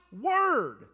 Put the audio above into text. word